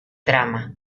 trama